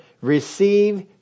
receive